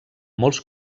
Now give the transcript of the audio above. molts